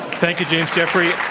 thank you, james jeffrey.